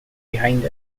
behind